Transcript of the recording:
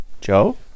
Joe